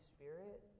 Spirit